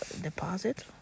deposit